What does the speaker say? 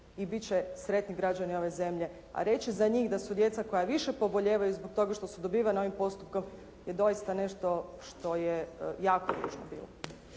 i bit će sretni građani ove zemlje. A reći za njih da su djeca koja više pobolijevaju zbog toga što su dobivena ovim postupkom je doista nešto što je jako ružno bilo.